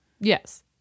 Yes